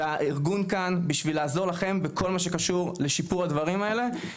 והארגון כאן בשביל לעזור לכם בכל מה שקשור לשיפור הדברים האלה.